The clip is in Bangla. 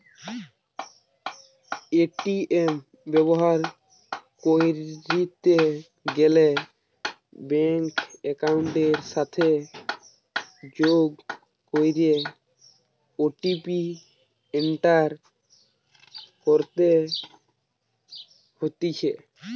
এ.টি.এম ব্যবহার কইরিতে গ্যালে ব্যাঙ্ক একাউন্টের সাথে যোগ কইরে ও.টি.পি এন্টার করতে হতিছে